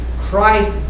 Christ